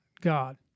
God